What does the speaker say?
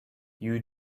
you